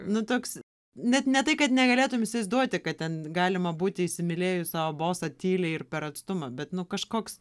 nu toks net ne tai kad negalėtum įsivaizduoti kad ten galima būti įsimylėjus savo bosą tyliai ir per atstumą bet nu kažkoks